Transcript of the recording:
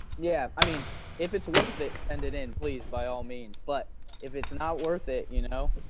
yeah i mean if it's worth it, send it in. please by all means but if it's not worth it you know,